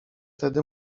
tedy